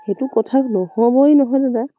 সেইটো কথা নহ'বই নহয় দাদা